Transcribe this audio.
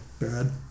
bad